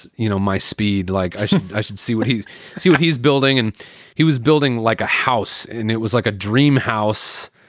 you know, my speed, like i should i should see what he's see what he's building. and he was building like a house and it was like a dream house.